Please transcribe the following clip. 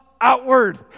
outward